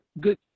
good